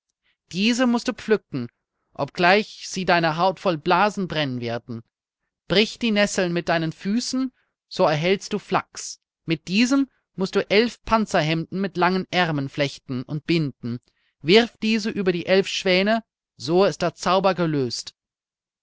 diese mußt du pflücken obgleich sie deine haut voll blasen brennen werden brich die nesseln mit deinen füßen so erhältst du flachs mit diesem mußt du elf panzerhemden mit langen ärmeln flechten und binden wirf diese über die elf schwäne so ist der zauber gelöst